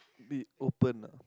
be open ah